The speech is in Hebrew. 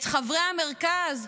את חברי המרכז,